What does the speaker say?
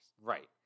Right